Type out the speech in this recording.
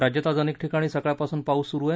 राज्यात आज अनेक ठिकाणी सकाळपासून पाऊस सुरू आहे